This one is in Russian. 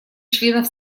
членов